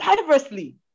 diversely